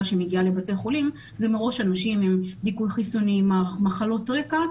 שמגיעה לבתי חולים זה מראש אנשים אם דיכוי חיסוני ומחלות רקע,